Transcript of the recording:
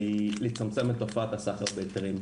על מנת לצמצם את תופעת הסחר בהיתרים.